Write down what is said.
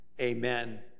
amen